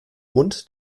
rund